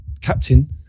captain